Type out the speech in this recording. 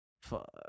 Fuck